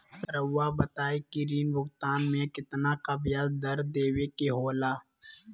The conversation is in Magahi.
रहुआ बताइं कि ऋण भुगतान में कितना का ब्याज दर देवें के होला?